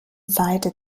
seite